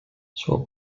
suo